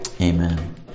Amen